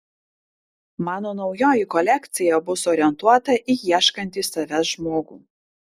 mano naujoji kolekcija bus orientuota į ieškantį savęs žmogų